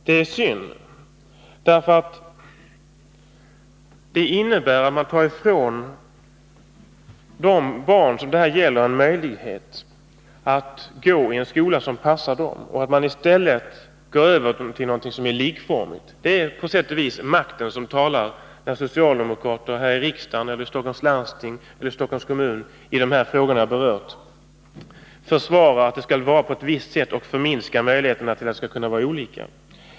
Det är synd, därför att det innebär att man tar ifrån de barn som det här gäller en möjlighet att gå i en skola som passar dem och att man i stället går över till någonting som är likformigt. Det är på sätt och vis makten som talar när socialdemokrater här i riksdagen, i Stockholms läns landsting eller i Stockholms kommun i de frågor jag här berört försvarar att man skall vara på ett visst sätt och förminskar möjligheterna till att man skall kunna vara olika.